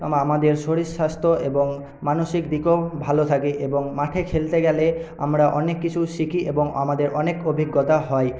আমাদের শরীর স্বাস্থ্য এবং মানসিক দিকও ভালো থাকে এবং মাঠে খেলতে গেলে আমরা অনেক কিছু শিখি এবং আমাদের অনেক অভিজ্ঞতা হয়